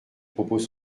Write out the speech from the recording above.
propos